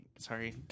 Sorry